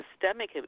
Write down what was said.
systemic